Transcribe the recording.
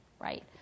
right